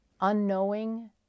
unknowing